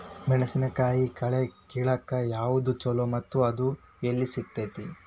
ಮೆಣಸಿನಕಾಯಿ ಕಳೆ ಕಿಳಾಕ್ ಯಾವ್ದು ಛಲೋ ಮತ್ತು ಅದು ಎಲ್ಲಿ ಸಿಗತೇತಿ?